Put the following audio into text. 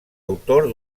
autor